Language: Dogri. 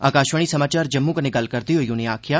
आकाशवाणी समाचार जम्मू कन्नौ गल्ल करदे होई उनें आक्खेआ